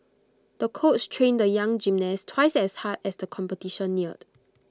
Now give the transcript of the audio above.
the coach trained the young gymnast twice as hard as the competition neared